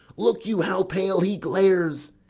look you how pale he glares!